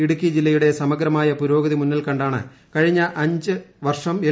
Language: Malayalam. ഇടുക്കി ജില്ലയുടെ സമഗ്രമായ പുരോഗതി മുന്നിൽക്കണ്ടാണ് കഴിഞ്ഞ അഞ്ച് വർഷം എൽ